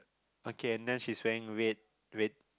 okay and then she's wearing red red